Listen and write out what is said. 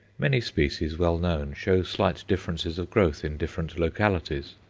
many species well known show slight differences of growth in different localities.